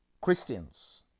Christians